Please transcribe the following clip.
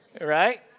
right